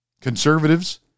conservatives